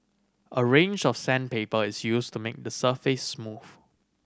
a range of sandpaper is used to make the surface smooth